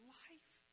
life